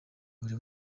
buri